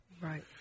Right